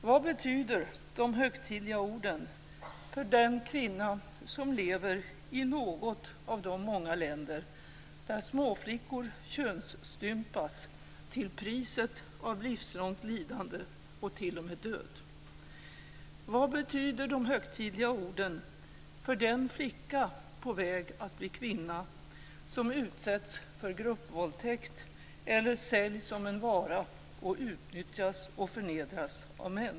Vad betyder de högtidliga orden för den kvinna som lever i något av de många länder där småflickor könsstympas till priset av livslångt lidande och t.o.m. död? Vad betyder de högtidliga orden för den flicka, på väg att bli kvinna, som utsätts för gruppvåldtäkt eller säljs som en vara, utnyttjas och förnedras av män?